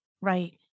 right